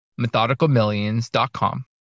methodicalmillions.com